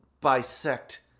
bisect